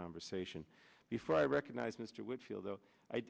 conversation before i recognized mr whitfield though